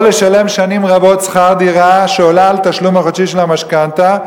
או לשלם שנים רבות שכר-דירה שעולה על התשלום החודשי של המשכנתה,